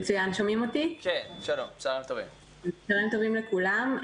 צוהריים טובים לכולם.